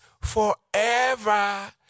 forever